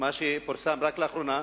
מה שפורסם רק לאחרונה,